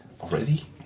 Already